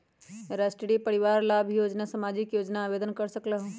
राष्ट्रीय परिवार लाभ योजना सामाजिक योजना है आवेदन कर सकलहु?